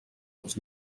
was